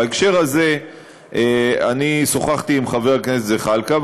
בהקשר הזה אני שוחחתי עם חבר הכנסת זחאלקה,